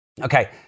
Okay